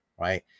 Right